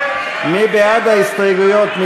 מי בעד ההסתייגויות?